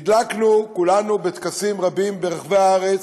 הדלקנו כולנו, בטקסים רבים ברחבי הארץ,